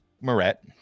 Moret